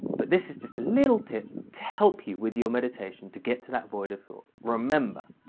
but this is just a little tip to help you with your meditation to get to that void of thought. remember.